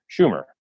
Schumer